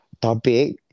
topic